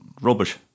rubbish